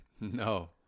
No